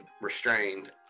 Restrained